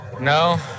No